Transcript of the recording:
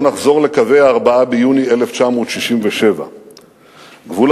לא נחזור לקווי ה-4 ביוני 1967. גבול